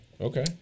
Okay